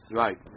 right